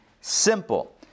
Simple